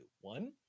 One